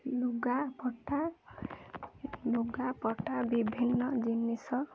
ଲୁଗା ପଟା ଲୁଗା ପଟା ବିଭିନ୍ନ ଜିନିଷ